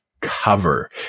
cover